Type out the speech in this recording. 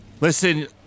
listen